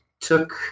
took